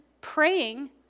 praying